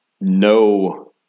No